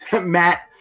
Matt